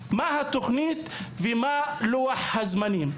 מה היא התוכנים ומה הוא לוח הזמנים.